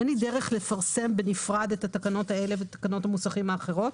אין לי דרך לפרסם בנפרד את התקנות האלה ותקנות המוסכים האחרות.